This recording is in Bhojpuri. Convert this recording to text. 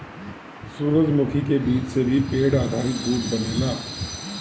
सूरजमुखी के बीज से भी पेड़ आधारित दूध बनेला